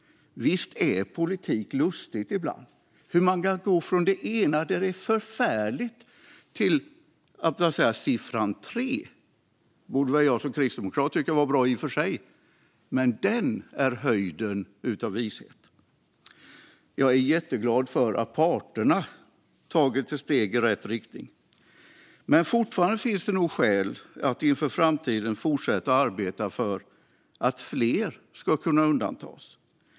Visst är politik lustigt ibland. Man kan alltså gå från att tycka att detta är förfärligt till att anse att siffran tre är höjden av vishet - det borde väl jag som kristdemokrat i och för sig tycka är bra. Jag är jätteglad för att parterna tagit ett steg i rätt riktning, men fortfarande finns det nog skäl att inför framtiden fortsätta arbeta för att fler ska kunna undantas.